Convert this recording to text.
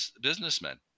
businessmen